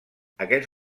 aquests